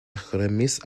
remise